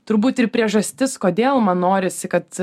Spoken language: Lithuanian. turbūt ir priežastis kodėl man norisi kad